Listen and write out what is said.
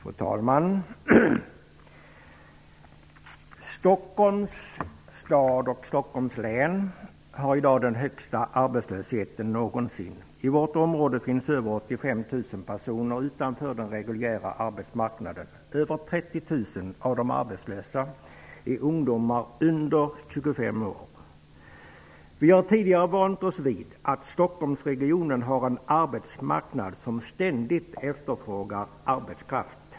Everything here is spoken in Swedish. Fru talman! Stockholms stad och Stockholms län har i dag den högsta arbetslösheten någonsin. I vårt område finns över 85 000 personer utanför den reguljära arbetsmarknaden. Över 30 000 av de arbetslösa är ungdomar under 25 år. Vi har tidigare vant oss vid att Stocksholmsregionen har en arbetsmarknad som ständigt efterfrågar arbetskraft.